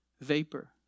vapor